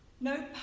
No